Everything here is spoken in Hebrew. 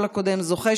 כל הקודם זוכה,